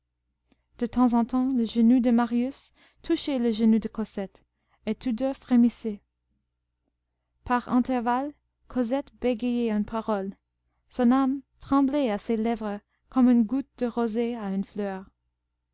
de temps en temps le genou de marius touchait le genou de cosette et tous deux frémissaient par intervalles cosette bégayait une parole son âme tremblait à ses lèvres comme une goutte de rosée à une fleur